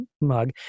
mug